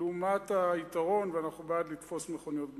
לעומת היתרון, ואנחנו בעד לתפוס מכוניות גנובות.